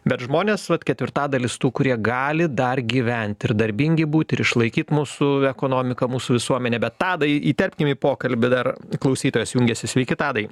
bet žmonėsvat ketvirtadalis tų kurie gali dar gyvent ir darbingi būt ir išlaikyt mūsų ekonomiką mūsų visuomenę bet tadai įterpkim į pokalbį dar klausytojas jungiasi sveiki tadai